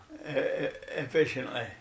efficiently